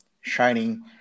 shining